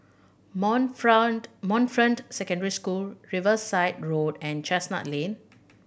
Montfront Montfront Secondary School Riverside Road and Chestnut Lane